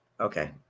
Okay